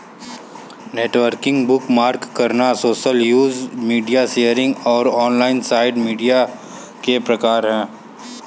networking, bookmark करना, social news, media sharing और online site media के प्रकार हैं